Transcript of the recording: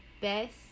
best